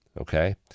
okay